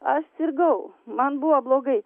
aš sirgau man buvo blogai